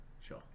Sure